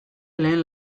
lehen